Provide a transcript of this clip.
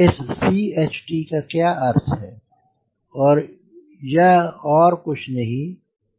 इस CHT का क्या अर्थ है यह और कुछ नहीं